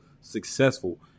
successful